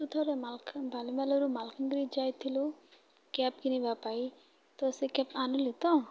ତୁ ଥରେ ମାଲକ ବାଲିମେଳାରୁ ମାଲକାନଗିରି ଯାଇଥିଲୁ କ୍ୟାପ୍ କିଣିବା ପାଇଁ ତ ସେ କ୍ୟାପ୍ ଆଣିଲୁ ତ